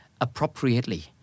appropriately